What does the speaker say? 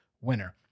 winner